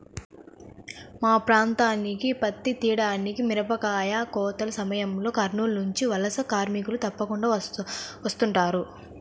మా ప్రాంతానికి పత్తి తీయడానికి, మిరపకాయ కోతల సమయంలో కర్నూలు నుంచి వలస కార్మికులు తప్పకుండా వస్తుంటారు